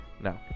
No